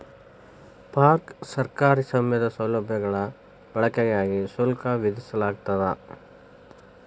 park ಸರ್ಕಾರಿ ಸ್ವಾಮ್ಯದ ಸೌಲಭ್ಯಗಳ ಬಳಕೆಗಾಗಿ ಶುಲ್ಕ ವಿಧಿಸಲಾಗ್ತದ